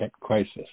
crisis